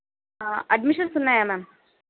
admissions ఉన్నాయా ma'am